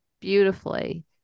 Beautifully